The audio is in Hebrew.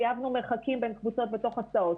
חייבנו מרחקים בין קבוצות בתוך הסעות.